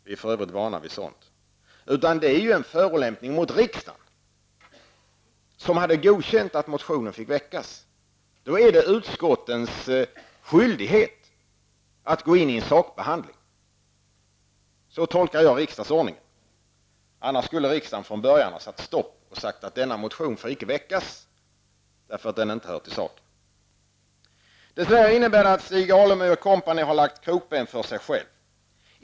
Vi är för övrigt vana vid sådant. Det är en förolämpning mot riksdagen, som hade godkänt att motionen fick väckas. Då är det utskottets skyldighet att gå in i en sakbehandling. Så tolkar jag riksdagsordningen. Annars skulle riksdagen från början satt stopp och sagt att denna motion inte skulle väckas, eftersom den inte hör till saken. Dessvärre innebär detta att Stig Alemyr o. Co. har lagt krokben för sig själva.